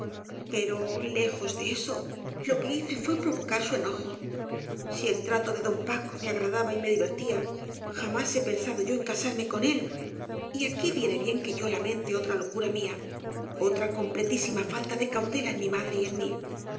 pero lejos de eso lo que hice fué provocar su enojo si el trato de don paco me agradaba y me divertía jamás he pensado yo en casarme con él y aquí viene bien que yo lamente otra locura mía otra completísima falta de cautela en mi madre y en mí